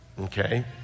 Okay